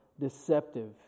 deceptive